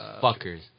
Fuckers